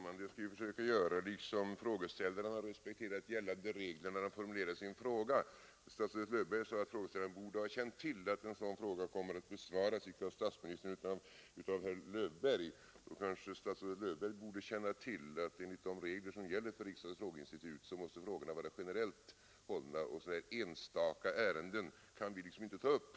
Herr talman! Statsrådet Löfberg sade att frågeställaren borde ha känt till att en sådan här fråga inte kommer att besvaras av statsministern utan av herr Löfberg. Då borde statsrådet Löfberg känna till att enligt de regler som gäller för frågeinstitutet måste frågorna vara generellt hållna. Enstaka fall kan alltså inte tas upp.